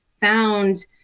found